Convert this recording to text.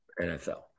nfl